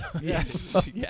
Yes